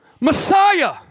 Messiah